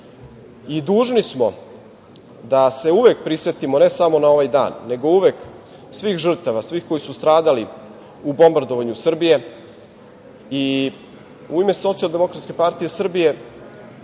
i dužni smo da se uvek prisetimo, ne samo na ovaj dan, nego uvek svih žrtava, svih koji su stradali u bombardovanju Srbije. U ime SDS i danas ću da